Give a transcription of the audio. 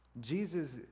Jesus